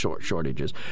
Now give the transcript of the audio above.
shortages